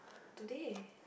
today